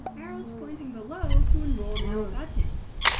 arrows pointing below to enroll now buttons,